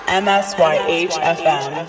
M-S-Y-H-F-M